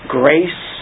grace